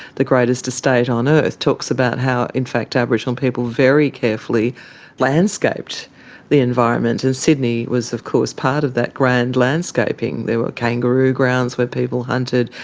the biggest estate on earth talks about how in fact aboriginal people very carefully landscaped the environment, and sydney was of course part of that grand landscaping. there were kangaroo grounds where people hunted,